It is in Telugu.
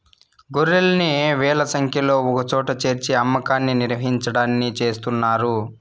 గొర్రెల్ని వేల సంఖ్యలో ఒకచోట చేర్చి అమ్మకాన్ని నిర్వహించడాన్ని చేస్తున్నారు